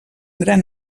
gran